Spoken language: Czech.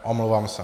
Omlouvám se.